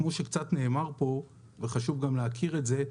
כמו שקצת נאמר פה וחשוב גם להכיר את זה,